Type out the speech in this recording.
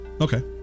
Okay